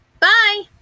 Bye